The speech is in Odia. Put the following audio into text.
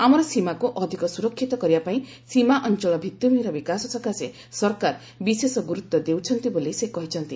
ଆମର ସୀମାକୁ ଅଧିକ ସ୍ୱରକ୍ଷିତ କରିବା ପାଇଁ ସୀମା ଅଞ୍ଚଳ ଭିତ୍ତିଭୂମିର ବିକାଶ ସକାଶେ ସରକାର ବିଶେଷ ଗୁରୁତ୍ୱ ଦେଉଛନ୍ତି ବୋଲି ସେ କହିଛନ୍ତି